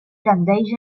tendeix